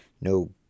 No